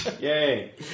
Yay